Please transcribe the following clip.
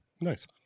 Nice